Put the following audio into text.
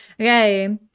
Okay